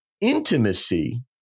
intimacy